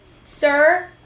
sir